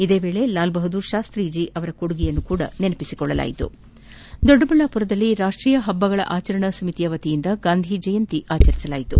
ಇದೇ ವೇಳೆ ಲಾಲ್ ಬಹುದ್ದೂರ್ಶಾಸ್ತಿಯವರ ಕೊಡುಗೆಯನ್ನು ಸ್ಕರಿಸಲಾಯಿತು ದೊಡ್ಡಬಳ್ಳಾಪುರದಲ್ಲಿ ರಾಷ್ಷೀಯ ಹಬ್ಬಗಳ ಆಚರಣಾ ಸಮಿತಿ ವತಿಯಿಂದ ಗಾಂಧಿ ಜಯಂತಿಯನ್ನು ಆಚರಿಸಲಾಯಿತು